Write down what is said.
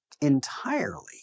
entirely